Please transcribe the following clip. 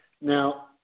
Now